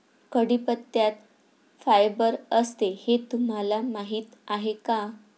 कढीपत्त्यात फायबर असते हे तुम्हाला माहीत आहे का?